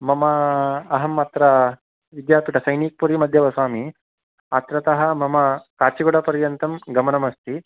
मम अहम् अत्र विद्यापीठसैनिक्पुरिमध्ये वसामि अत्रतः मम काचिगुडापर्यन्तं गमनम् अस्ति